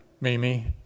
Mimi